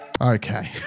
Okay